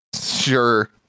sure